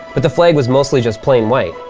but the flag was mostly just plain white.